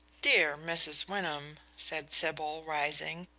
dear mrs. wyndham, said sybil, rising,